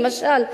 למשל,